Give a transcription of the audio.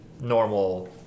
normal